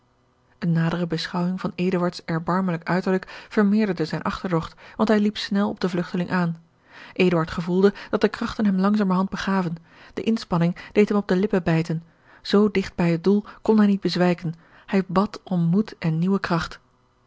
eene nadere beschouwing van eduards erbarmelijk uiterlijk vermeerderde zijne achterdocht want hij liep snel op den vlugteling aan eduard gevoelde dat de krachten hem langzamerhand begaven de inspanning deed hem op de lippen bijten zoo digt bij het doel kon hij niet bezwijken hij bad om moed en nieuwe kracht